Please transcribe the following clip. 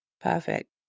Perfect